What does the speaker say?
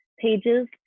pages